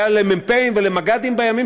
של ראש עיריית מעלה אדומים נגד הציבור